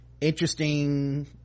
interesting